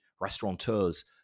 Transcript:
restaurateurs